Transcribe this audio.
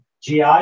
GI